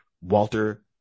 Walter